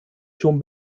schon